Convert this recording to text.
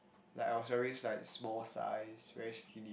like I was very like small sized very skinny